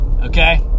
Okay